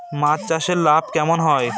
মাছ চাষে লাভ কেমন হয়?